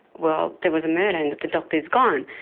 well there was a murder and the doctor's gone.